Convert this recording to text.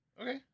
Okay